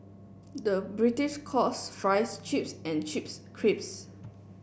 the British calls fries chips and chips crisps